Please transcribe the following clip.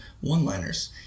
one-liners